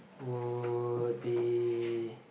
would be